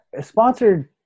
sponsored